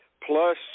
plus